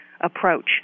Approach